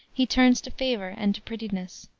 he turns to favor and to prettiness.